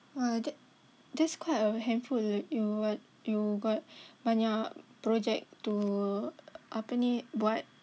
!wah! that that's quite a handful you got you got banyak project to apa ni buat